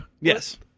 Yes